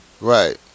Right